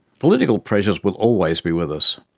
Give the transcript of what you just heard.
political pressures will always be with us.